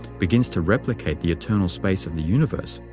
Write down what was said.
begins to replicate the eternal space of the universe,